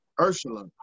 Ursula